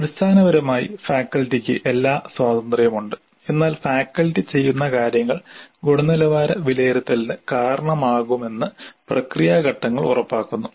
അടിസ്ഥാനപരമായി ഫാക്കൽറ്റിക്ക് എല്ലാ സ്വാതന്ത്ര്യവുമുണ്ട് എന്നാൽ ഫാക്കൽറ്റി ചെയ്യുന്ന കാര്യങ്ങൾ ഗുണനിലവാര വിലയിരുത്തലിന് കാരണമാകുമെന്ന് പ്രക്രിയ ഘട്ടങ്ങൾ ഉറപ്പാക്കുന്നു